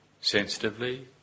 sensitively